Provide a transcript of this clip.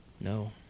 No